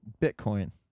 Bitcoin